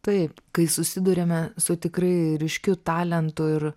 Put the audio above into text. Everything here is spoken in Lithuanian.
taip kai susiduriame su tikrai ryškiu talentu ir